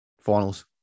finals